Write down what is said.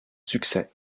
succès